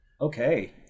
Okay